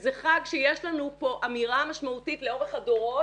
וזה חג שיש לנו בו אמירה משמעותית לאורך הדורות,